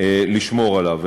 לשמור עליו.